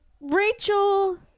Rachel